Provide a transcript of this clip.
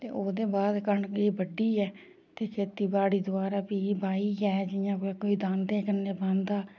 ते ओह्दे बाद कनक बड्डियै ते खेतीबाड़ी दबारा फ्ही बाहियै जियां कोई दांदै कन्नै बांह्दा